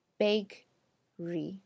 bakery